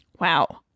Wow